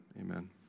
Amen